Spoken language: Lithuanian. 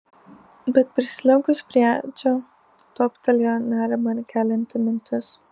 bet prislinkus prie edžio toptelėjo nerimą kelianti mintis